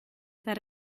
that